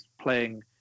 playing